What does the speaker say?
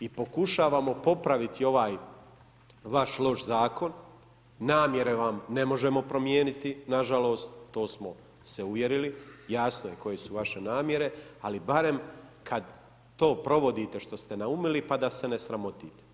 I pokušavamo popraviti ovaj vaš loš zakon, namjere vam ne možemo promijeniti nažalost, to smo se uvjerili, jasno je koje su vaše namjere, ali barem kad to provodite što ste naumili pa da se ne sramotite.